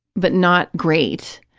but not great.